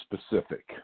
specific